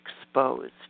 exposed